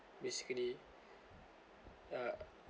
basically uh